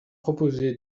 proposé